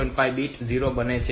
5 આ બીટ 0 બને છે